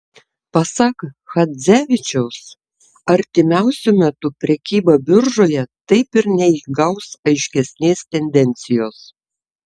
pasak chadzevičiaus artimiausiu metu prekyba biržoje taip ir neįgaus aiškesnės tendencijos